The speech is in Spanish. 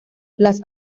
las